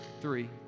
three